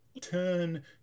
turn